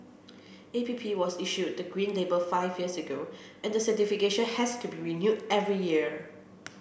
A P P was issued the green label five years ago and the certification has to be renewed every year